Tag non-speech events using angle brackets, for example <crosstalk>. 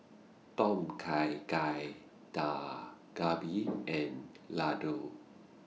Tom Kha Gai Dak <noise> Galbi and Ladoo